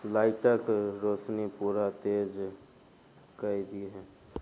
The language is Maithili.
लाइटक रोशनी पूरा तेज कऽ दिहें